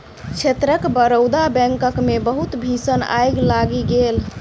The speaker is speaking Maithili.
क्षेत्रक बड़ौदा बैंकक मे बहुत भीषण आइग लागि गेल